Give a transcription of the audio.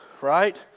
right